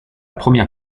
première